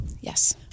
Yes